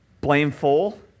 blameful